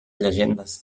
llegendes